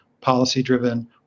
policy-driven